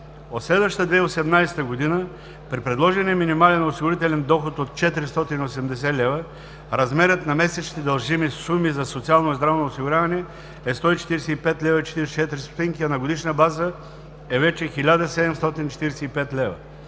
От следващата 2018 г., при предложения минимален осигурителен доход от 480 лв., размерът на месечните дължими суми за социално и здравно осигуряване е 145,44 лв., а на годишна база е вече 1745 лв.